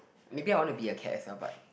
maybe I want to be a cat itself but